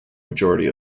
majority